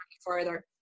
further